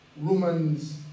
Romans